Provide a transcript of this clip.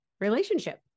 relationship